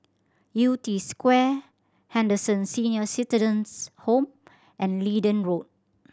Yew Tee Square Henderson Senior Citizens' Home and Leedon Road